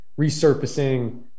resurfacing